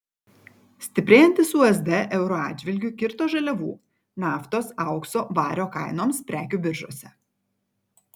stiprėjantis usd euro atžvilgiu kirto žaliavų naftos aukso vario kainoms prekių biržose